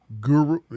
Guru